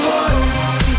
one